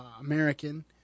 American